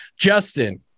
Justin